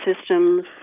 systems